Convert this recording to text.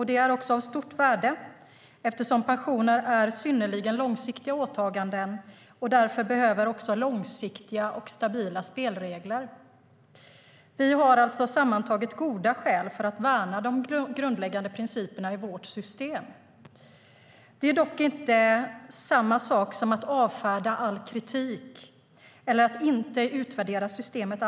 Det är av stort värde eftersom pensioner är synnerligen långsiktiga åtaganden och därför behöver långsiktiga och stabila spelregler. Vi har alltså sammantaget goda skäl för att värna de grundläggande principerna i vårt system. Det är dock inte samma sak som att avfärda all kritik eller att inte utvärdera systemet.